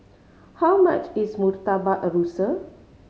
how much is Murtabak Rusa